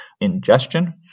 ingestion